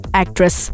actress